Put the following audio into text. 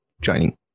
joining